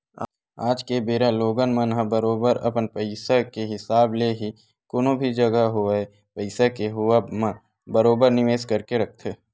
आज के बेरा लोगन मन ह बरोबर अपन पइसा के हिसाब ले ही कोनो भी जघा होवय पइसा के होवब म बरोबर निवेस करके रखथे